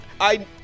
I-